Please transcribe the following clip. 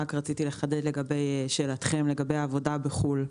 רציתי רק לחדד לגבי שאלתכם על עבודה בחו"ל: